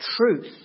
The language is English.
truth